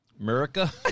America